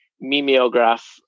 mimeograph